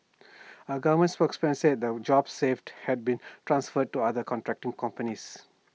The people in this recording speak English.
A government spokesman said the jobs saved had been transferred to other contracting companies